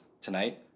tonight